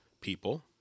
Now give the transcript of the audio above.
people